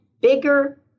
bigger